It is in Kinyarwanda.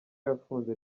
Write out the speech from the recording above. yafunze